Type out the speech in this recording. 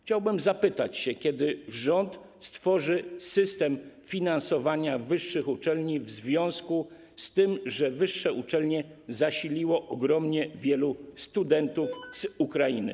Chciałbym zapytać, kiedy rząd stworzy system finansowania wyższych uczelni w związku z tym, że wyższe uczelnie zasiliło ogromnie wielu studentów z Ukrainy.